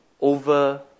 over